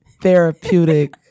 therapeutic